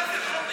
מה זה?